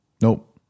Nope